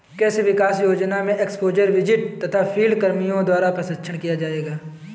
कृषि विकास योजना में एक्स्पोज़र विजिट तथा फील्ड कर्मियों द्वारा प्रशिक्षण किया जाएगा